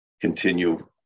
continue